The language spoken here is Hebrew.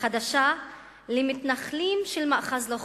חדשות למתנחלים של מאחז לא חוקי.